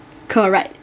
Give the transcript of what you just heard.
correct